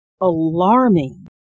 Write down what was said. alarming